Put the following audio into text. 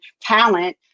talent